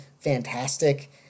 fantastic